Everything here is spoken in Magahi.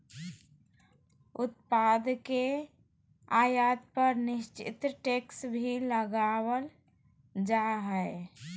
उत्पाद के आयात पर निश्चित टैक्स भी लगावल जा हय